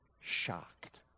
shocked